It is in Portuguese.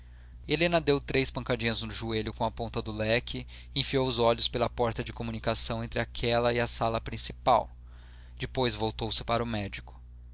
helena deu três pancadinhas no joelho com a ponta do leque e enfiou os olhos pela porta de comunicação entre aquela e a sala principal depois voltou-se para o médico